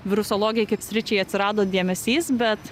virusologijai kaip sričiai atsirado dėmesys bet